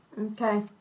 Okay